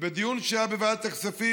שבדיון שהיה בוועדת הכספים,